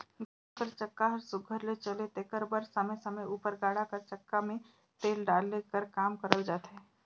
गाड़ा कर चक्का हर सुग्घर ले चले तेकर बर समे समे उपर गाड़ा कर चक्का मे तेल डाले कर काम करल जाथे